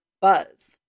Buzz